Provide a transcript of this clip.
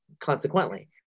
consequently